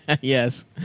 Yes